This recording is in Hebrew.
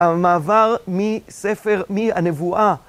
המעבר מספר, מהנבואה.